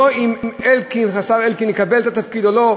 לא אם השר אלקין יקבל את התפקיד או לא,